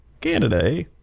Canada